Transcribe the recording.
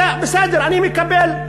זה בסדר, אני מקבל.